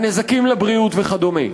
הנזקים לבריאות וכדומה.